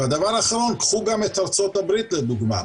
הדבר האחרון, קחו גם את ארצות הברית לדוגמה.